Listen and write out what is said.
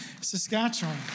Saskatchewan